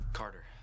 Carter